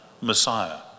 Messiah